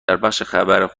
اعلام